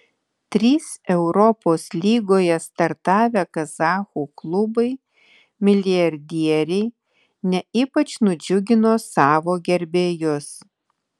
trys europos lygoje startavę kazachų klubai milijardieriai ne ypač nudžiugino savo gerbėjus